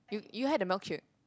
you you had the milkshake